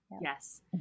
Yes